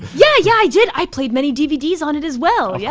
yeah yeah, i did. i played many dvds on it as well. yeah